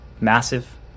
massive